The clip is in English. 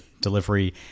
delivery